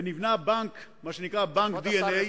ונבנה מה שנקרא בנק DNA,